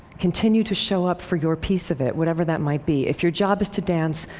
continue to show up for your piece of it, whatever that might be. if your job is to dance,